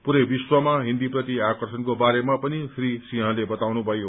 पूरै विश्वमा हिन्दीप्रति आकर्षणको बारेमा श्री सिंहले वताउनुभयो